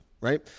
right